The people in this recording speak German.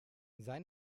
sei